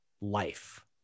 life